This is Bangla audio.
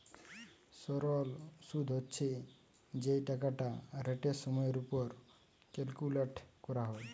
সরল শুদ হচ্ছে যেই টাকাটা রেটের সময়ের উপর ক্যালকুলেট করা হয়